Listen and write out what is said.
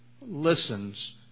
listens